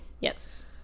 yes